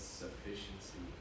sufficiency